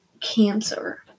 Cancer